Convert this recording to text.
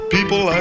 People